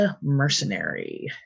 mercenary